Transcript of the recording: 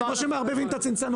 כמו שהם מערבבים את הצנצנות.